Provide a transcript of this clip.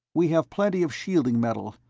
we have plenty of shielding metal.